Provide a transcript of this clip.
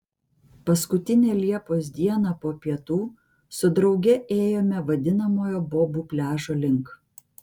paskutinę liepos dieną po pietų su drauge ėjome vadinamojo bobų pliažo link